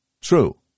true